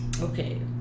Okay